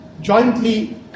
jointly